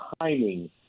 timing